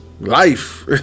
life